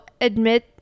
admit